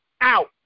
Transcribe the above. out